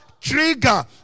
trigger